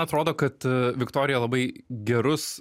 atrodo kad viktorija labai gerus